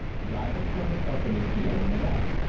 dyer turned sharp on his heel and went out.